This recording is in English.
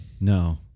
no